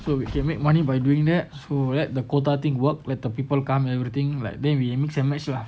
so we can make money by doing that so let the quota thing work let the people come everything like then we mix and match lah